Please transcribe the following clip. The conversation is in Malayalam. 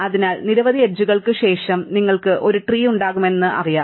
അതിനാൽ നിരവധി എഡ്ജുകൾക്ക് ശേഷം നിങ്ങൾക്ക് ഒരു ട്രീ ഉണ്ടാകുമെന്ന് ഞങ്ങൾക്കറിയാം